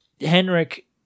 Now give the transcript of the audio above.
Henrik